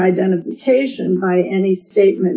identification by any statement